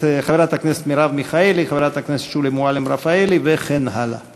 4010, 4100, 4158, 4176, 4183 ו-4184